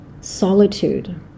solitude